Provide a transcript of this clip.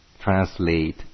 translate